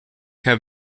have